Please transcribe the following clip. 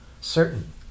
certain